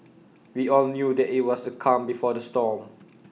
we all knew that IT was the calm before the storm